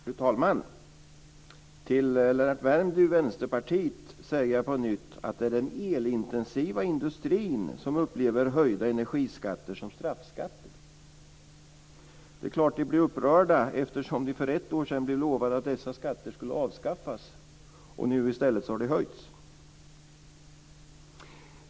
Fru talman! Till Lennart Värmby, Vänsterpartiet, säger jag på nytt att det är den elintensiva industrin som upplever höjda energiskatter som straffskatter. Det är klart att ni blir upprörda eftersom ni för ett år sedan blev lovade att dessa skatter skulle avskaffas och de nu i stället har höjts.